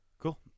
Cool